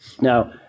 Now